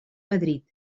madrid